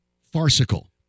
farcical